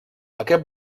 aquest